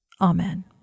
Amen